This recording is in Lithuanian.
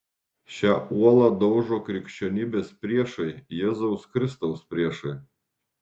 šią uolą daužo krikščionybės priešai jėzaus kristaus priešai